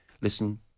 listen